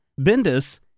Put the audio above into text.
Bendis